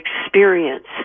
experience